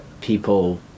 people